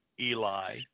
Eli